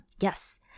Yes